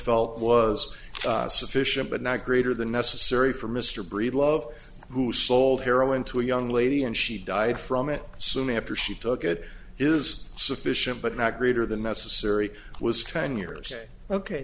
felt was sufficient but not greater than necessary for mr breedlove who sold heroin to a young lady and she died from it soon after she took it is sufficient but not greater than necessary it was ten years ok